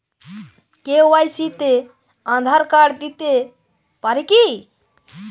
KYC তে Aadhaar card দিতে পারি কি?